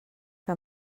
que